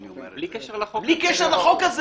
זה בלי קשר לחוק הזה.